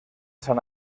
san